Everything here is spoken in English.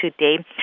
today